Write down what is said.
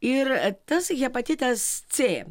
ir tas hepatitas c